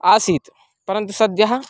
आसीत् परन्तु सद्यः